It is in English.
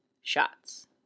shots